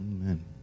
Amen